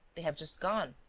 they have just gone.